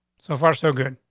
so far, so good,